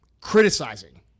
criticizing